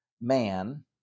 man